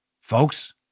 folks